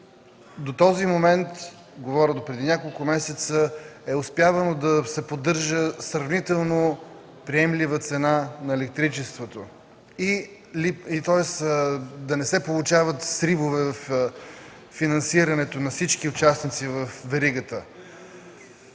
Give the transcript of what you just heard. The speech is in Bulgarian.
до този момент – допреди няколко месеца, се е успявало да се поддържа сравнително приемлива цена на електричеството и да не се получават сривове във финансирането на всички участници във веригата.